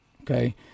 Okay